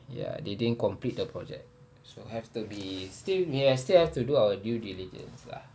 ya they didn't complete the project so have to be still we have still have to do our due diligence lah